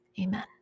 Amen